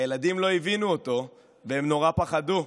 הילדים לא הבינו אותו והם נורא פחדו,